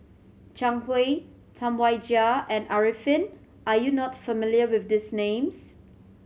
Zhang Hui Tam Wai Jia and Arifin are you not familiar with these names